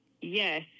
Yes